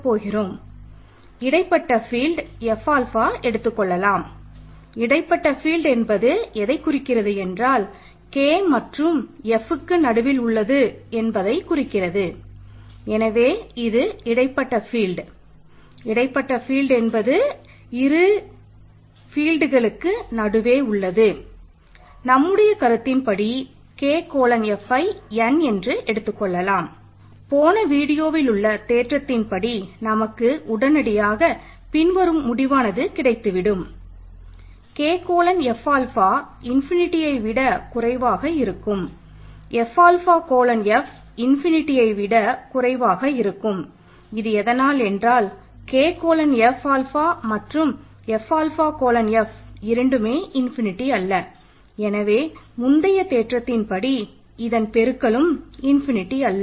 போன வீடியோவில் அல்ல